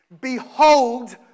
behold